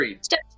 step